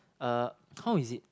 uh how is it